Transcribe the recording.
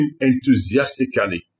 enthusiastically